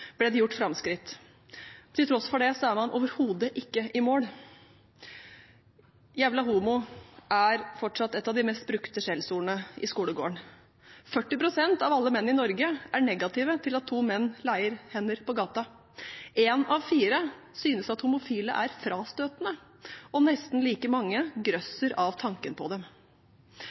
ble det gjort framskritt. Til tross for det er man overhodet ikke i mål. «Jævla homo» er fortsatt et av de mest brukte skjellsordene i skolegården. 40 pst. av alle menn i Norge er negative til at to menn leier hverandre på gaten, én av fire synes at homofile er frastøtende, og nesten like mange grøsser av tanken på